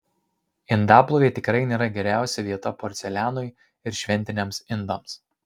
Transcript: indaplovė tikrai nėra geriausia vieta porcelianui ir šventiniams indams